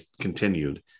continued